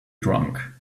drunk